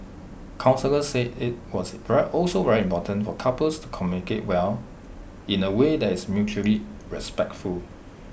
counsellor said IT was also very important for couples to communicate well in away that is mutually respectful